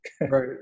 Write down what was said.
right